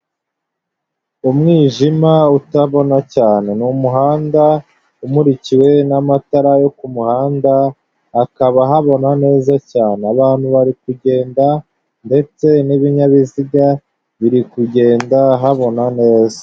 Umwijima utabona cyane. Ni umuhanda umurikiwe n'amatara yo kumuhanda hakaba habona neza cyane. Abantu bari kugenda ndetse n'ibinyabiziga biri kugenda habona neza.